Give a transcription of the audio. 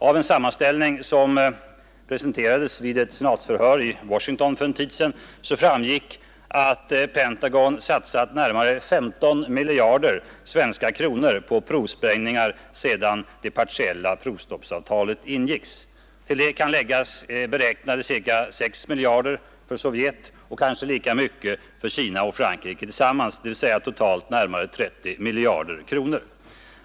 Av en sammanställning som redovisades vid ett senatsförhör i Washington för en tid sedan framgick att Pentagon satsat närmare 15 miljarder svenska kronor på provsprängningar sedan det partiella provstoppsavtalet ingicks. Till detta kan läggas beräknade ca 6 miljarder för Sovjet och kanske lika mycket för Kina och Frankrike tillsammans, dvs. totalt närmare 30 miljarder svenska kronor.